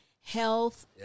health